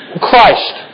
Christ